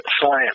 science